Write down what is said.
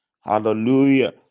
hallelujah